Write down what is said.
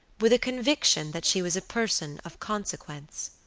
with a conviction that she was a person of consequence.